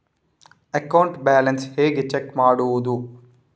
Account balance ಹೇಗೆ check ಮಾಡುವುದು?